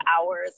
hours